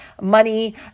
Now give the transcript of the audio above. money